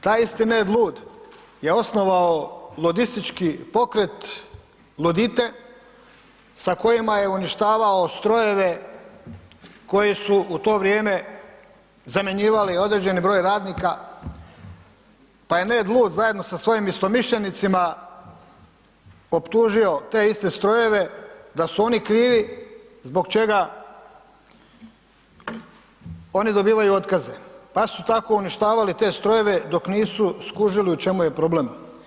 Taj isti Ned Lud je osnovao ludistički pokret Ludite sa kojima je uništavao strojeve koji su u to vrijeme zamjenjivali određeni broj radnika, pa je Ned Lud zajedno sa svojim istomišljenicima optužio te iste strojeve da su oni krivi zbog čega oni dobivaju otkaze, pa su tako uništavali te strojeve dok nisu skužili u čemu je problem.